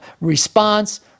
response